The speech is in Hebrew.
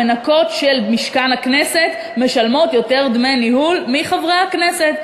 המנקות של משכן הכנסת משלמות יותר דמי ניהול מחברי הכנסת,